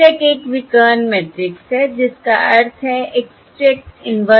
X check एक विकर्ण matrix है जिसका अर्थ है X चेक इन्वेर्टिबल है